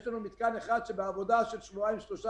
יש לנו מתקן אחד שבעבודה של שבועיים-שלושה